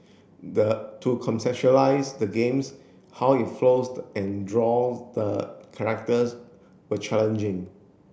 the to conceptualise the games how it flows and draw the characters were challenging